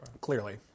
Clearly